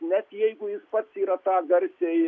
net jeigu jis pats yra tą garsiai